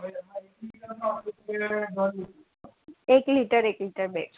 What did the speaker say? એક લિટર એક લિટર બે